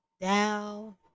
down